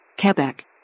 Quebec